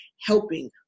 helping